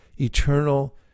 eternal